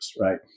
right